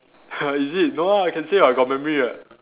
is it no lah can see [what] got memory [what]